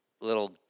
little